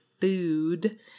food